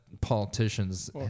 politicians